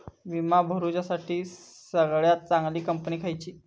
विमा भरुच्यासाठी सगळयात चागंली कंपनी खयची?